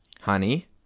Honey